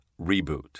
Reboot